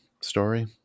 story